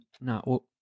No